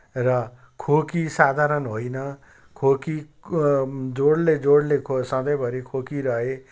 र खोकी साधारण होइन खोकी जोडले जोडले सधैँभरि खोकीरहे